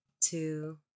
two